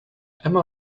emma